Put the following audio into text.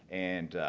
and